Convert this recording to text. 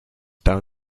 down